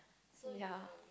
ya